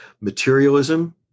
materialism